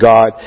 God